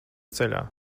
ceļā